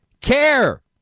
care